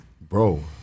Bro